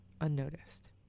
unnoticed